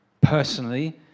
personally